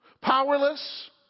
powerless